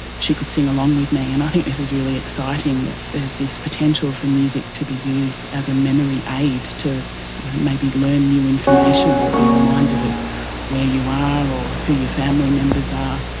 she could sing along with me, and i think this is really exciting, that there is this potential for music to be used as a memory aid to you know maybe learn new information or be reminded of where you are or who your family members are.